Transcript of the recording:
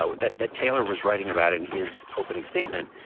so that that taylor was writing about in his opening statement.